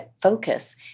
focus